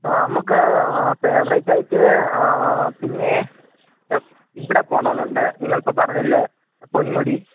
ആ നമുക്ക് ഫേവറേറ്റ് ആയിട്ട് പിന്നെ ഇവിടെ പോവണം എന്നുണ്ട് നിങ്ങൾ ഇപ്പോൾ പറഞ്ഞില്ലേ പൊന്മുടി